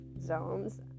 zones